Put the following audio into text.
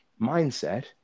mindset